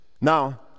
Now